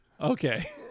okay